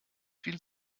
viel